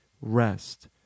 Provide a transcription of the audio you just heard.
rest